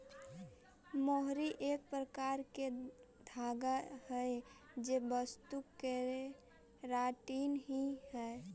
मोहरी एक प्रकार के धागा हई जे वस्तु केराटिन ही हई